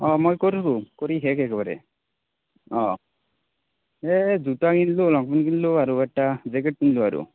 অঁ মই কৰিলোঁ কৰি শেষ একেবাৰে অঁ এই জোতা কিনিলোঁ লং পেণ্ট কিনিলোঁ আৰু এটা জেকেট কিনিলোঁ আৰু